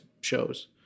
shows